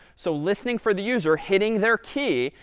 so listening for the user hitting their key,